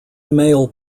male